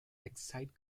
excite